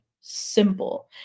simple